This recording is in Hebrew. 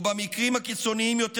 ובמקרים הקיצוניים יותר,